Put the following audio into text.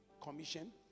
commission